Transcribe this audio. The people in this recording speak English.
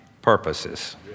purposes